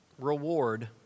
reward